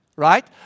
right